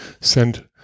send